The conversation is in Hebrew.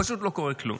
פשוט לא קורה כלום.